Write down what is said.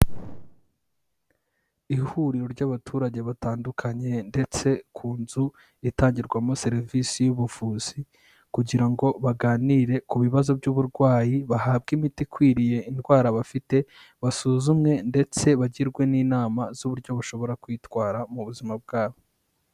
Ihuriro ry'abaturage batandukanye ndetse ku nzu itangirwamo serivisi y'ubuvuzi kugira ngo baganire ku bibazo by'uburwayi, bahabwe imiti ikwiriye indwara bafite, basuzumwe ndetse bagirwe n'inama z'uburyo bashobora kwitwara mu buzima bwabo.